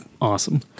Awesome